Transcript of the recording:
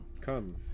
Come